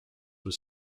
was